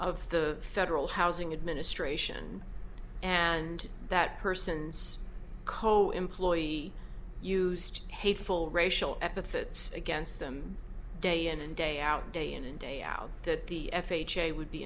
of the federal housing administration and that person's co employee used hateful racial epithets against him day in and day out day in and day out that the f h a would be